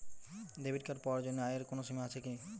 Debit card পাওয়ার জন্য আয়ের কোনো সীমা আছে কি?